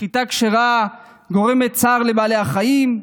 שחיטה כשרה גורמת צער לבעלי החיים,